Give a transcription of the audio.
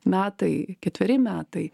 metai ketveri metai